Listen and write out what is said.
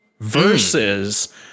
versus